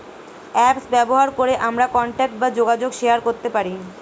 apps ব্যবহার করে আমরা কন্টাক্ট বা যোগাযোগ শেয়ার করতে পারি